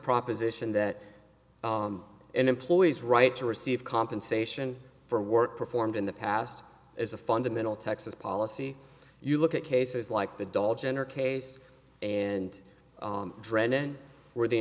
proposition that an employee's right to receive compensation for work performed in the past as a fundamental texas policy you look at cases like the doll gender case and drennen where the